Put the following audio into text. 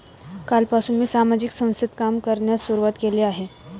कालपासून मी सामाजिक संस्थेत काम करण्यास सुरुवात केली आहे